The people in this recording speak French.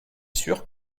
sûr